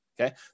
Okay